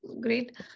great